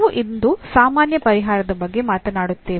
ನಾವು ಇಂದು ಸಾಮಾನ್ಯ ಪರಿಹಾರದ ಬಗ್ಗೆ ಮಾತನಾಡುತ್ತೇವೆ